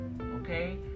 okay